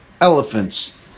elephants